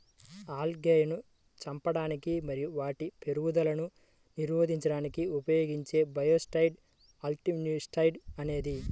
ఆల్గేను చంపడానికి మరియు వాటి పెరుగుదలను నిరోధించడానికి ఉపయోగించే బయోసైడ్ ఆల్జీసైడ్ అనేది